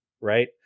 right